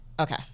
Okay